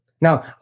Now